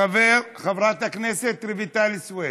חברת הכנסת רויטל סויד,